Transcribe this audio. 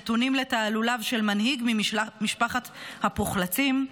נתונים לתעלוליו של מנהיג ממשפחת הפוחלצים,